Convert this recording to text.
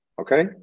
Okay